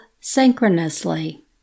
synchronously